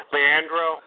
Leandro